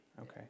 Okay